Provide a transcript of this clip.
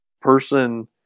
person